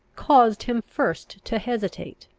caused him first to hesitate,